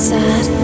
Sad